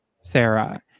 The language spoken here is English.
Sarah